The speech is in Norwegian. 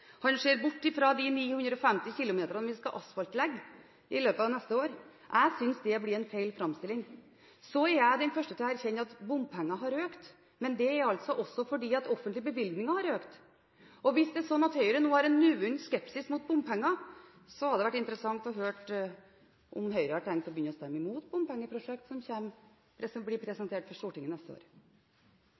han ser bort fra de 950 km med vei vi skal asfaltlegge i løpet av neste år. Jeg synes det blir en feil framstilling. Så er jeg den første til å erkjenne at bompengene har økt, men det er også fordi offentlige bevilgninger har økt. Hvis det er slik at Høyre nå har en nyvunnet skepsis mot bompenger, hadde det vært interessant å høre om Høyre har tenkt å begynne å stemme mot bompengeprosjekter som blir presentert for Stortinget neste år.